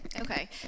Okay